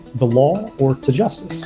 the law or to justice?